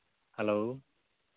hello